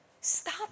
Stop